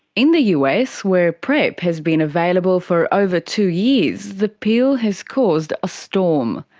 in the us where prep has been available for over two years, the pill has caused a storm.